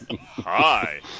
Hi